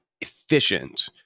efficient